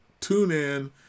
TuneIn